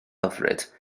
hyfryd